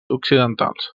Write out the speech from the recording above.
occidentals